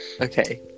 Okay